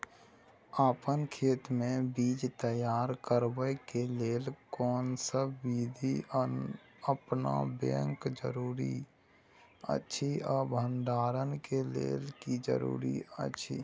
अपन खेत मे बीज तैयार करबाक के लेल कोनसब बीधी अपनाबैक जरूरी अछि आ भंडारण के लेल की जरूरी अछि?